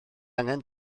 angen